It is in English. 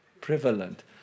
prevalent